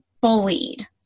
bullied